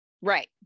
Right